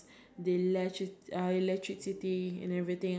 you have to the profit to be you have to be like